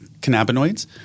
cannabinoids